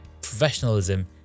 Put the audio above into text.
professionalism